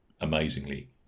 amazingly